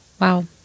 Wow